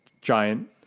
giant